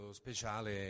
speciale